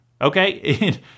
okay